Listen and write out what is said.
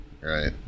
right